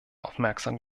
aufmerksam